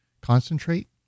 concentrate